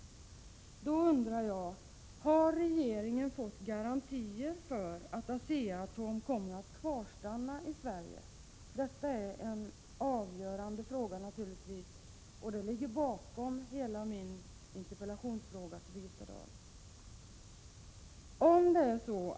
Jag undrar därför: Har regeringen fått garantier för att ASEA-ATOM kommer att kvarstanna i Sverige? Detta är en avgörande fråga, som ligger bakom min interpellation till Birgitta Dahl.